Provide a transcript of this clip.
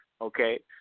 Okay